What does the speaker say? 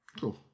cool